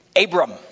Abram